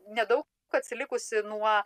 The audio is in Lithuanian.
nedaug atsilikusi nuo